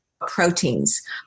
proteins